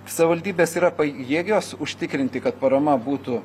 savivaldybės yra pajėgios užtikrinti kad parama būtų